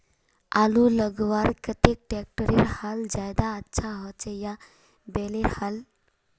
आलूर लगवार केते ट्रैक्टरेर हाल ज्यादा अच्छा होचे या बैलेर हाल?